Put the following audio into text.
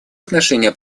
отношении